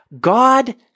God